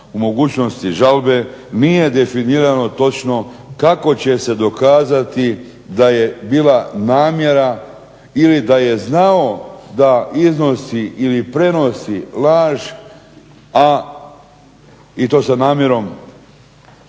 u mogućnosti žalbe, nije definirano točno kako će se dokazati da je bila namjera ili da je znao da iznosi ili prenosi laž, a i to sa namjerom